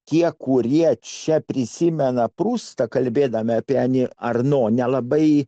tie kurie čia prisimena prustą kalbėdami apie ani arno nelabai